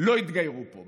לא יתגיירו פה.